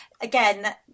again